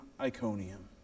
Iconium